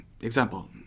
example